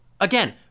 again